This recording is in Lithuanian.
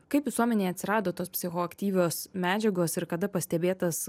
kaip visuomenėje atsirado psichoaktyvios medžiagos ir kada pastebėtas